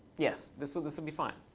yes, this will this will be fine.